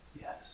yes